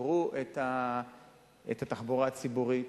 שיפרו את התחבורה הציבורית,